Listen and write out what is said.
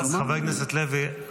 חבר הכנסת לוי,